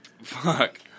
fuck